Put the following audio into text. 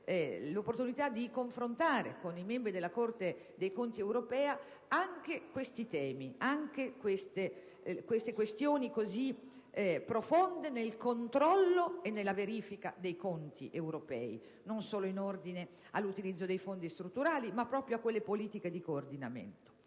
l'opportunità di confrontare con i membri della Corte dei conti europea anche questi temi, anche queste questioni così profonde relative al controllo e alla verifica dei conti europei, non solo in ordine all'utilizzo dei fondi strutturali ma proprio a quelle politiche di coordinamento.